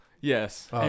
Yes